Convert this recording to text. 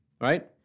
right